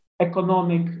economic